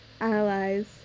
allies